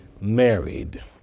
married